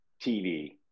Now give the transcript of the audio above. TV